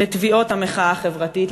לתביעות המחאה החברתית,